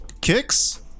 Kicks